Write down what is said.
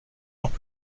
jours